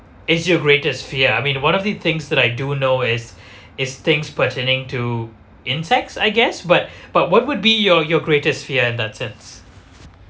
is your greatest fear I mean one of the things that I do know is is things pertaining to insects I guess but but what would be your your greatest fear in that sense